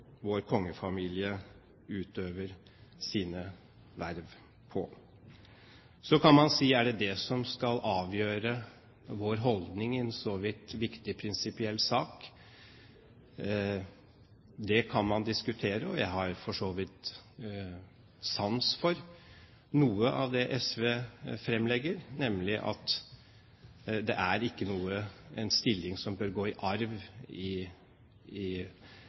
vår kongefamilie utøver sine verv på. Så kan man si: Er det det som skal avgjøre vår holdning i en så vidt viktig prinsipiell sak? Det kan man diskutere, og jeg har for så vidt sans for noe av det SV fremlegger, nemlig at det ikke er en stilling som bør gå i arv i